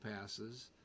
passes